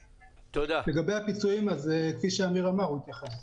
לגבי הפיצויים, כפי שאמיר אמר, הוא יתייחס.